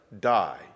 die